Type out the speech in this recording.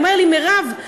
הוא אומר לי: מירב,